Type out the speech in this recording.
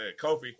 Kofi